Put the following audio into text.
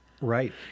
Right